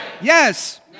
Yes